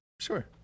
sure